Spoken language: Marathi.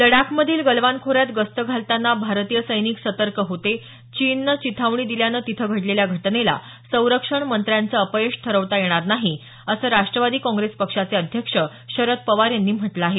लडाखमधील गलवान खोऱ्यात गस्त घालताना भारतीय सैनिक सतर्क होते चीननं चिथावणी दिल्यानं तिथं घडलेल्या घटनेला संरक्षण मंत्र्यांचं अपयश ठरवता येणार नाही असं राष्ट्रवादी काँग्रेस पक्षाचे अध्यक्ष शरद पवार यांनी म्हटलं आहे